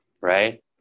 right